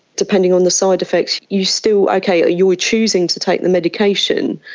depending on the side effects, you still, okay, ah you are choosing to take the medication,